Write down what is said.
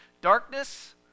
darkness